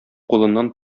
кулыннан